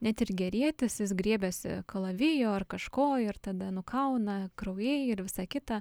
net ir gerietis jis griebiasi kalavijo ar kažko ir tada nukauna kraujai ir visa kita